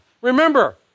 Remember